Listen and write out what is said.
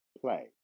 play